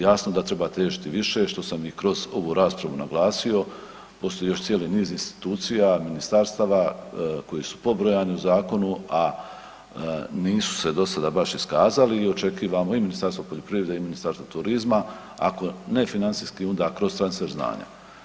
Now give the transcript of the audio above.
Jasno da trebate riješiti i više, što sam i kroz ovu raspravu naglasio, postoji još cijeli niz institucija i ministarstava koji su pobrojani u zakonu, a nisu se do sada baš iskazali i očekivamo i Ministarstvo poljoprivrede i Ministarstvo turizma ako ne financijski udar kroz transfer znanja.